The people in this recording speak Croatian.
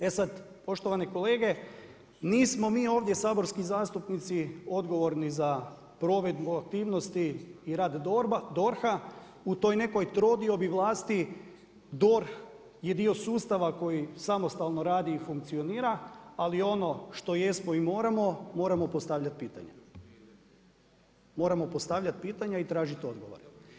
E sad, poštovane kolege, nismo mi ovdje saborski zastupnici odgovorni za provedbu aktivnosti i rad DORH-a u toj nekoj trodiobi vlasti DORH je dio sustava koji samostalno radi i funkcionira, ali ono što jesmo i moramo, moramo postavljati pitanja, moramo postavljati pitanja i tražiti odgovore.